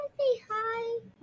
hi